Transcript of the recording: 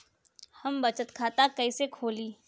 हम बचत खाता कईसे खोली?